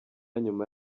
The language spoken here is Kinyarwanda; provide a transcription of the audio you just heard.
nyuma